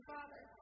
Father